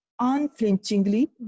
unflinchingly